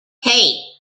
hey